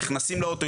נכנסים לאוטו,